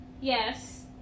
Yes